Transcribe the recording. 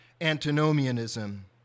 antinomianism